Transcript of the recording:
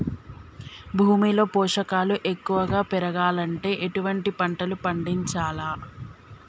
భూమిలో పోషకాలు ఎక్కువగా పెరగాలంటే ఎటువంటి పంటలు పండించాలే?